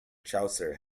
chaucer